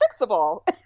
fixable